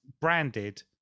branded